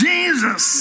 Jesus